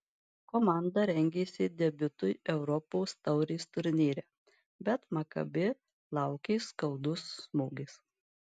komanda rengėsi debiutui europos taurės turnyre bet makabi laukė skaudus smūgis